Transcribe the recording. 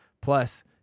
Plus